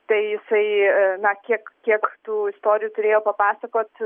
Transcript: tai jisai na kiek kiek tų istorijų turėjo papasakot